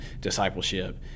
discipleship